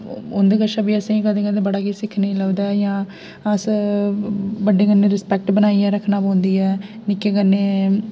उं'दे कशा बी असेंगी कदें कदें बड़ा किश सिक्खने गी लभदा ऐ जां अस बड्डे कन्नै रिसपैक्ट बनाइयै रक्खने पौंदी ऐ निक्के कन्नै